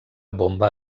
bomba